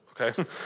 okay